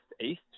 east